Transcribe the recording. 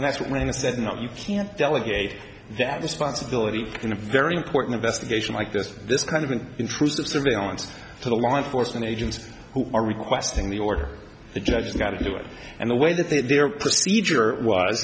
and that's when he said no you can't delegate that responsibility in a very important investigation like this this kind of an intrusive surveillance to the law enforcement agents who are requesting the order the judge got in the way and the way that that their procedure was